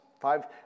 five